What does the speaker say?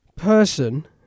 person